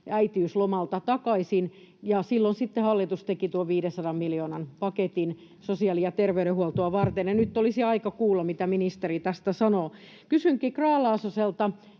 äitiyslomalta takaisin, ja silloin sitten hallitus teki tuon 500 miljoonan paketin sosiaali‑ ja terveydenhuoltoa varten. Nyt olisi aika kuulla, mitä ministeri tästä sanoo. Kysynkin Grahn-Laasoselta: